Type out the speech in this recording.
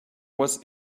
was